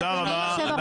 תודה רבה.